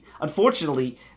Unfortunately